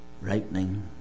ripening